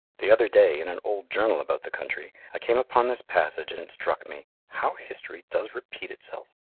the other day, in an old journal about the country, i came upon this passage, and it struck me how history does repeat itself.